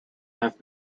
have